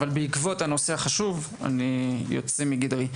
אך בעקבות חשיבות הנושא אני יוצא מגדרי.